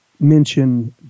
mention